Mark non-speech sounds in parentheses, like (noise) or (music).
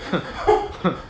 (laughs)